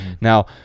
Now